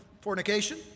fornication